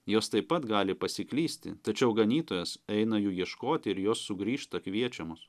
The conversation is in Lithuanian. jos taip pat gali pasiklysti tačiau ganytojas eina jų ieškoti ir jos sugrįžta kviečiamos